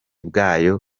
bwayo